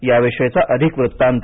याविषयीचा अधिक वृत्तांत